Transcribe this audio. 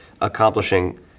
accomplishing